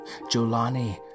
Jolani